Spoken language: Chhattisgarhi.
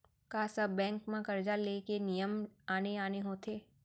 का सब बैंक म करजा ले के नियम आने आने होथे?